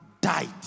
died